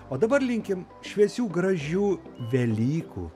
o dabar linkim šviesių gražių velykų